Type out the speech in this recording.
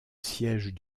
siège